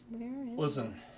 Listen